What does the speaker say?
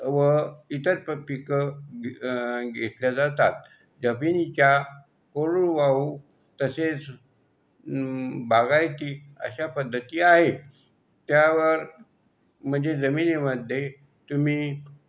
व इतर प पिकं घेतल्या जातात जमिनीच्या कोरडवाहू तसेच बागायती अशा पद्धती आहेत त्यावर म्हणजे जमिनीमध्ये तुम्ही